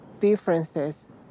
differences